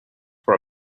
for